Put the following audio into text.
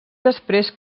després